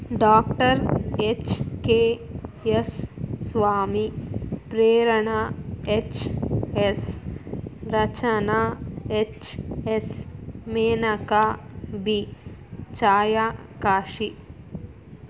doctor H K S Swamy Prerana H S Rachana H S Menaka B Chhaya Kashi